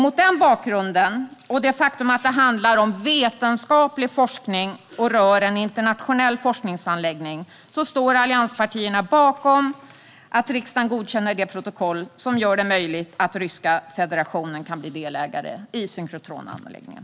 Mot den bakgrunden och med tanke på att det handlar om vetenskaplig forskning och rör en internationell forskningsanläggning står allianspartierna bakom att riksdagen godkänner det protokoll som gör det möjligt för Ryska federationen att bli delägare i synkrotronanläggningen.